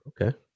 Okay